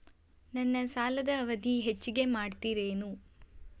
ನನ್ನ ಸಾಲದ ಅವಧಿ ಹೆಚ್ಚಿಗೆ ಮಾಡ್ತಿರೇನು?